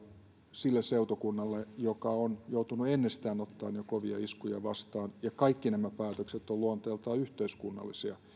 sille seutukunnalle joka on joutunut jo ennestään ottamaan kovia iskuja vastaan ja kaikki nämä päätökset ovat luonteeltaan yhteiskunnallisia